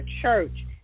church